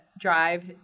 drive